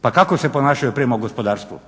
Pa kako se ponašaju prema gospodarstvu,